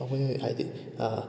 ꯑꯩꯈꯣꯏꯅ ꯍꯥꯏꯗꯤ